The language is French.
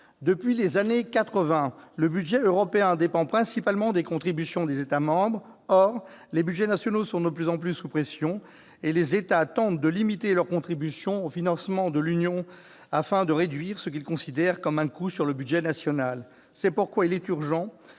Depuis les années 1980, le budget européen dépend principalement des contributions des États membres. Or les budgets nationaux sont de plus en plus sous pression. Les États tentent de limiter leurs contributions au financement de l'Union, afin de réduire ce qu'ils considèrent comme un coût sur le budget national. C'est pourquoi il est urgent